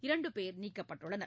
இரண்டு பேர் நீக்கப்பட்டுள்ளனர்